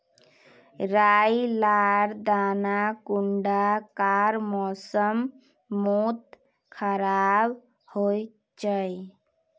राई लार दाना कुंडा कार मौसम मोत खराब होचए?